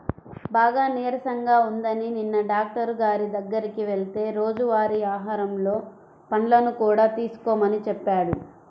బాగా నీరసంగా ఉందని నిన్న డాక్టరు గారి దగ్గరికి వెళ్తే రోజువారీ ఆహారంలో పండ్లను కూడా తీసుకోమని చెప్పాడు